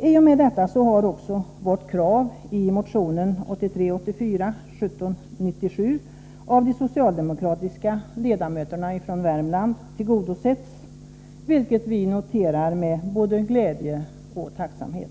I och med detta har också kravet i motion 1983/84:1797 av de socialdemokratiska ledamöterna från Värmland uppfyllts, vilket vi noterar med både glädje och tacksamhet.